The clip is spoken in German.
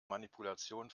manipulation